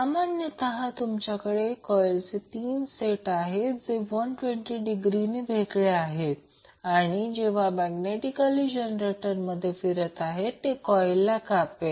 सामान्यतः तुमच्याकडे कॉइलचे 3 सेट आहेत जे 120 डिग्री वेगळे आहेत आणि जेव्हा मॅग्नेटिक जनरेटरमध्ये फिरत आहे ते कॉइलला कापेल